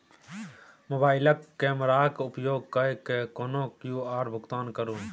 मोबाइलक कैमराक उपयोग कय कए कोनो क्यु.आर भुगतान करू